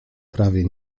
prawie